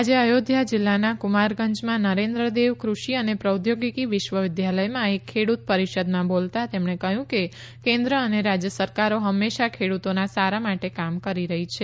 આજે અયોધ્યા જીલ્લાના કુમારગંજમાં નરેન્દ્ર દેવ કૃષિ અને પ્રોદ્યોગીકી વિશ્વ વિદ્યાલયમા એક ખેડુત પરીષદમાં બોલતા તેમણે કહ્યું કે કેન્દ્ર અને રાજય સરકારો હંમેશા ખેડુતોના સારા માટે કામ કરી રહી છે